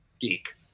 geek